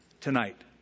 tonight